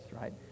right